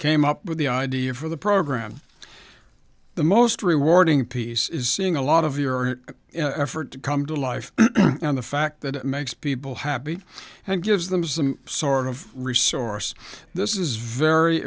came up with the idea for the program the most rewarding piece is seeing a lot of your effort to come to life on the fact that it makes people happy and gives them some sort of resource this is very